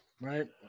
Right